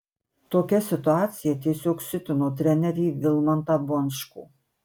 tokia situacija tiesiog siutino trenerį vilmantą bončkų